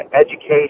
education